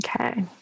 Okay